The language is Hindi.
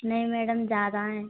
नहीं मैडम ज़्यादा हैं